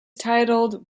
titled